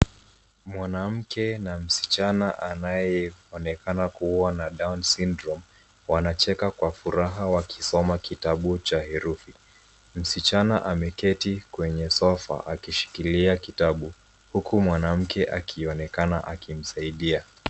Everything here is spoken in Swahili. Mwanamke na msichana anayeonekana kuwa na downs sydrome wanacheka kwa furaha wakisoma kitabu cha herufi. Msichana ameketi kwenye sofa akishikilia kitabu huku mwanamke akionekana akimsaidia.